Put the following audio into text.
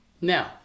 Now